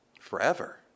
Forever